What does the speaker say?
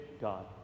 God